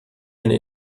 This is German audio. eine